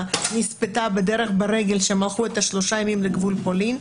נספתה בדרך ברגל כשהם הלכו שלושה ימים עד גבול פולין.